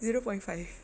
zero point five